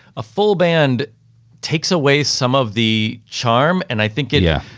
a full band takes away some of the charm and i think yeah,